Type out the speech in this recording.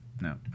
No